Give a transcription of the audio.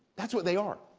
that's what they are.